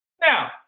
Now